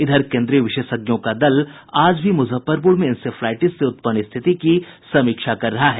इधर केन्द्रीय विशेषज्ञों का दल आज भी मुजफ्फरपुर में इंसेफ्लाईटिस से उत्पन्न स्थिति की समीक्षा कर रहा है